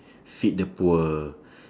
feed the poor